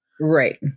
Right